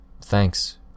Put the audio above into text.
Thanks